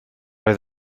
oedd